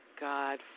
God